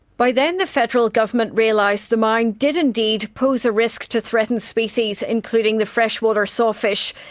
by then the federal government realised the mine did indeed pose a risk to threatened species including the freshwater sawfish,